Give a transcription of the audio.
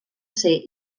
ser